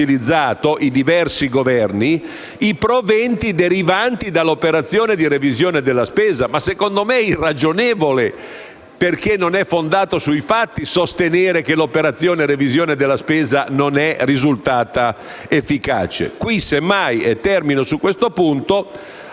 utilizzato i proventi derivanti dall'operazione di revisione della spesa, ma secondo me è irragionevole - non è fondato sui fatti - sostenere che l'operazione di revisione della spesa non è risultata efficace. Qui semmai - e termino su questo punto